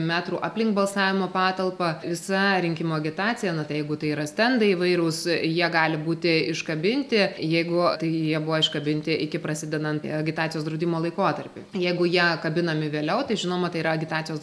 metrų aplink balsavimo patalpą visa rinkimų agitacija na tai jeigu tai yra stendai įvairūs jie gali būti iškabinti jeigu tai jie buvo iškabinti iki prasidedant agitacijos draudimo laikotarpiui jeigu jie kabinami vėliau tai žinoma tai yra agitacijos